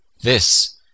this